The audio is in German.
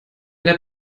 der